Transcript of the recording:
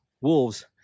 wolves